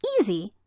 Easy